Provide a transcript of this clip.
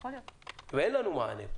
שלא צפינו ואין לנו מענה.